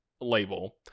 label